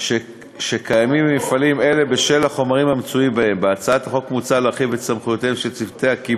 שעליהם חל גם הדין המשמעתי החל על עובדי